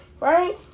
Right